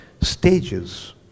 stages